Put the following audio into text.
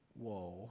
whoa